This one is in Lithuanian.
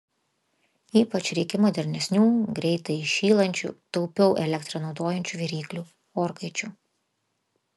ypač reikia modernesnių greitai įšylančių taupiau elektrą naudojančių viryklių orkaičių